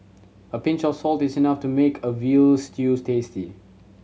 a pinch of salt is enough to make a veal stew tasty